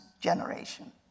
generation